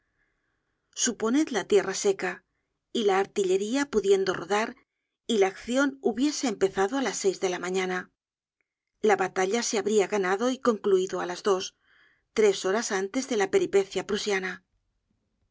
suponed la tierra seca y la artillería pudiendo rodar y la accion hubiese empezado á las seis de la mañana la batalla se habría ganado y concluido á las dos tres horas antes de la peripecia prusiana